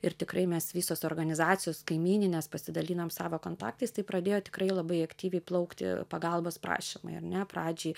ir tikrai mes visos organizacijos kaimyninės pasidalinom savo kontaktais tai pradėjo tikrai labai aktyviai plaukti pagalbos prašymai ar ne pradžioj